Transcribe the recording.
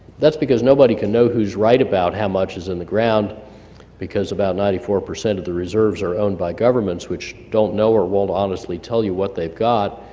that's because nobody can know who's right about how much is in the ground because about ninety four percent of the reserves are owned by governments which don't know, or won't honestly tell you what they've got,